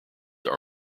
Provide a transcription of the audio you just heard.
are